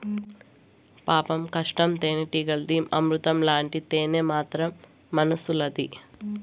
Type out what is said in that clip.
పాపం కష్టం తేనెటీగలది, అమృతం లాంటి తేనె మాత్రం మనుసులది